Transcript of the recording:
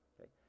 okay